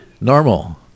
normal